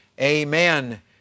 Amen